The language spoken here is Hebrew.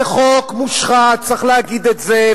זה חוק מושחת, צריך להגיד את זה.